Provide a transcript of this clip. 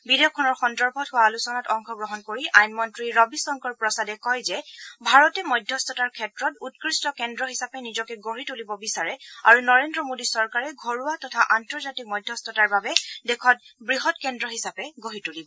বিধেয়কখনৰ সন্দৰ্ভত হোৱা আলোচনাত অংশগ্ৰহণ কৰি আইনমন্ত্ৰী ৰবিশংকৰ প্ৰসাদে কয় যে ভাৰতে মধ্যস্থতাৰ ক্ষেত্ৰত উৎকৃষ্ট কেন্দ্ৰ হিচাপে নিজকে গঢ়ি তুলিব বিচাৰে আৰু নৰেন্দ্ৰ মোদী চৰকাৰে ঘৰুৱা তথা আন্তৰ্জাতিক মধ্যস্থতাৰ বাবে দেশত বৃহৎ কেন্দ্ৰ হিচাপে গঢ়ি তুলিব